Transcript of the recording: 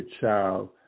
child